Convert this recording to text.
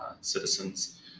citizens